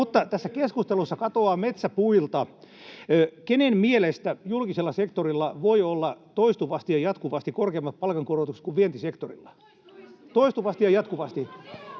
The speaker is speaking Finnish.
sitä. Tässä keskustelussa katoaa metsä puilta. Kenen mielestä julkisella sektorilla voi olla toistuvasti ja jatkuvasti korkeammat palkankorotukset kuin vientisektorilla? Toistuvasti ja jatkuvasti.